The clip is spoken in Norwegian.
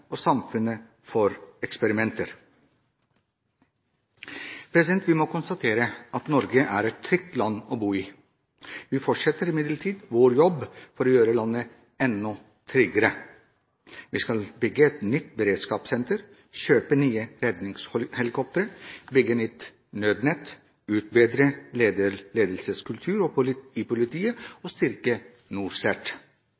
og samfunnet for eksperimenter. Vi må konstatere at Norge er et trygt land å bo i. Vi fortsetter imidlertid vår jobb for å gjøre landet enda tryggere. Vi skal bygge et nytt beredskapssenter, kjøpe nye redningshelikoptre, bygge ut nødnettet, utbedre ledelseskultur i politiet